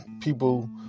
people